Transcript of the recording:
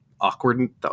awkward